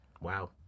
Wow